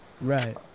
Right